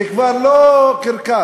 זה כבר לא קרקס,